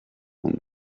found